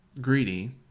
greedy